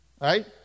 Right